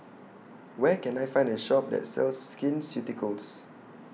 Where Can I Find A Shop that sells Skin Ceuticals